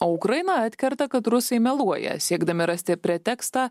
o ukraina atkerta kad rusai meluoja siekdami rasti pretekstą